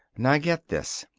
now get this.